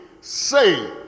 say